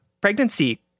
pregnancy